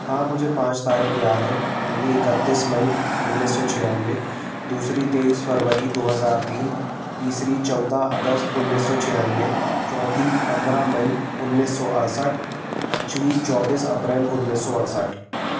हाँ मुझे पाँच तारिक याद हैं पहली इकत्तीस मई उन्नीस सौ छियानबे दूसरी तेईस फरवरी दो हज़ार तीन तीसरी चौदह अगस्त उनीस सौ छियानबे चौथी पंद्रह मई उनीस सौ अड़सठ पाँचवीं चौबीस अप्रैल उन्नीस सौ अड़सठ